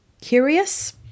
Curious